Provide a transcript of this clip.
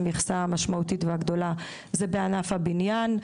המכסה המשמעותית והגדולה זה בענף הבניין.